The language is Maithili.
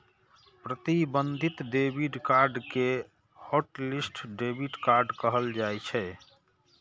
प्रतिबंधित डेबिट कार्ड कें हॉटलिस्ट डेबिट कार्ड कहल जाइ छै